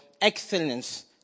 excellence